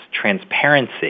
transparency